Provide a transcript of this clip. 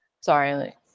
Sorry